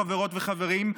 חברות וחברים,